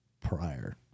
prior